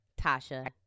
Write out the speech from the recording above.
Tasha